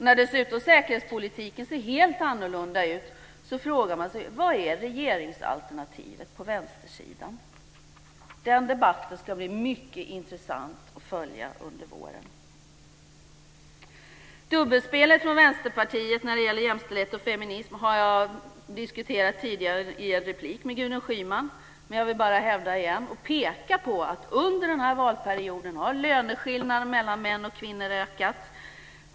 När säkerhetspolitiken dessutom ser helt annorlunda ut frågar man sig: Vad är regeringsalternativet på vänstersidan? Den debatten ska bli mycket intressant att följa under våren. Dubbelspelet från Vänsterpartiet när det gäller jämställdhet och feminism har jag diskuterat tidigare i en replikväxling med Gudrun Schyman. Jag vill bara hävda igen och peka på att under den här valperioden har löneskillnaderna mellan män och kvinnor ökat.